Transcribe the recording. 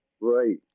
Right